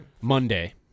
Monday